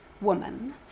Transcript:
woman